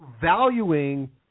valuing